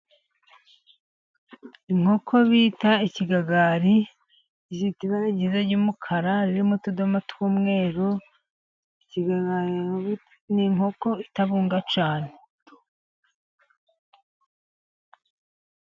Inkoko bita ikigagari ifite ibara ryiza ry'umukara ririmo utudoma tw'umweru ni inkoko itabunga cyane.